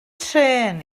trên